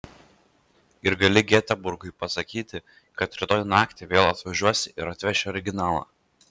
ir gali geteborgui pasakyti kad rytoj naktį vėl atvažiuosi ir atveši originalą